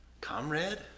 comrade